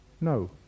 No